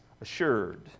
assured